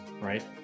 right